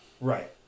right